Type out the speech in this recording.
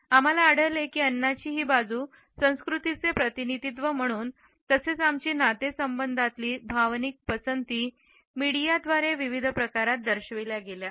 आम्हाला आढळले की अन्नाची ही बाजू संस्कृतीचे प्रतिनिधित्व म्हणून तसेच आमची नातेसंबंधांमधील भावनिक पसंती मीडियाद्वारे विविध प्रकारात दर्शविल्या गेल्या आहेत